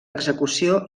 execució